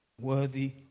Worthy